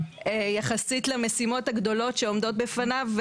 ביחס למשימות הגדולות שעומדות בפניו,